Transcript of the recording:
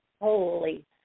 Holy